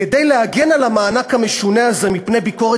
כדי להגן על המענק המשונה הזה מפני ביקורת